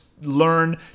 learn